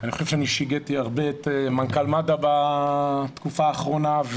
אני שיגעתי הרבה את מנכ"ל מד"א בתקופה האחרונה,